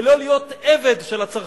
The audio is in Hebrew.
ולא להיות עבד של הצרכנות.